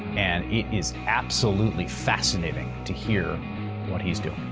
and it is absolutely fascinating to hear what he's doing.